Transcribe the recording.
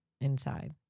inside